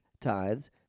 tithes